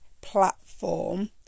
platform